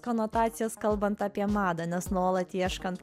konotacijas kalbant apie madą nes nuolat ieškant